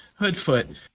hoodfoot